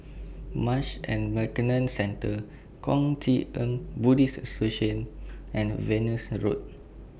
Marsh and McLennan Centre Kuang Chee Tng Buddhist and Venus Road